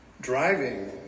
Driving